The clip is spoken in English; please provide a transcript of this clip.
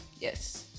yes